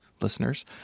listeners